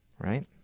right